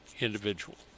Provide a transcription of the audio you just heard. individual